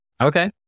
Okay